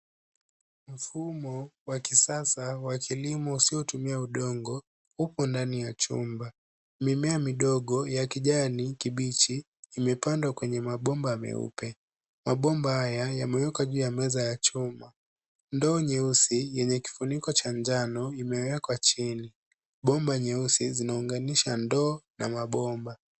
Mfumo wa kisasa wa kilimo usiotumia udongo upo ndani ya chumba. Mimea midogo ya kijani kibichi imepandwa kwenye mabomba meupe. Mabomba haya yamewekwa juu ya meza ya chuma. Ndoo nyeusi yenye kifuniko cha njano limewekwa chini. Bomba nyeusi zinaunganisha ndoo na mabomba.